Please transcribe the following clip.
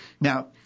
Now